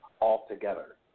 altogether